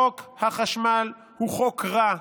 חוק החשמל הוא חוק רע.